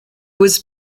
was